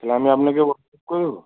তাহলে আমি আপনাকে হোয়াটসঅ্যাপ করে দেবো